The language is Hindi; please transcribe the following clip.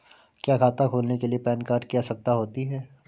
क्या खाता खोलने के लिए पैन कार्ड की आवश्यकता होती है?